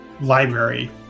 library